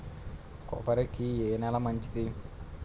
కొబ్బరి కి ఏ నేల మంచిది?